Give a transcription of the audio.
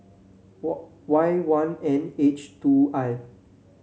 Y one N H two I